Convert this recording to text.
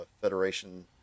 Federation